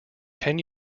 ten